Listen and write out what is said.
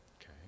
Okay